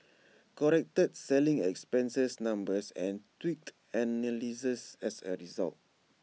corrected selling expenses numbers and tweaked analyses as A result